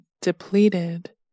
depleted